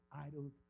idols